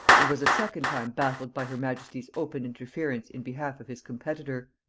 and was a second time baffled by her majesty's open interference in behalf of his competitor.